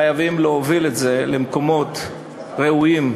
חייבים להוביל את זה למקומות ראויים,